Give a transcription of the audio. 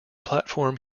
platform